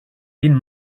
being